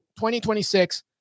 2026